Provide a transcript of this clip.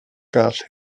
gall